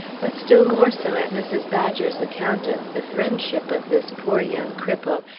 but still more so at mrs. badger's account of the friendship of this poor young cripple,